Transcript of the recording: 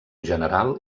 general